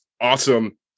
awesome